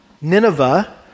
Nineveh